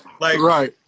right